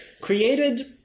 created